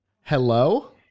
Hello